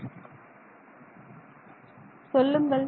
மாணவர் சொல்லுங்கள்